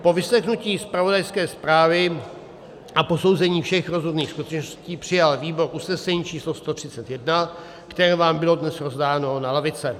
Po vyslechnutí zpravodajské zprávy a posouzení všech rozhodných skutečností přijal výbor usnesení číslo 131, které vám bylo dnes rozdáno na lavice.